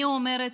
אני אומרת,